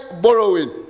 borrowing